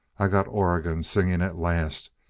i got oregon singing at last,